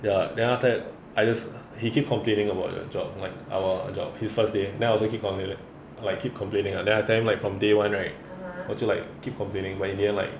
ya then after that I just he keep complaining about the job like our job his first day then I also keep complain~ like keep complaining then I tell him like from day one right also like keep complaining but in the end like